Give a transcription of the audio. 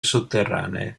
sotterranee